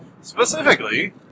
Specifically